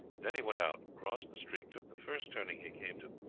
then he went out, crossed the street, took the first turning he came to,